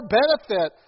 benefit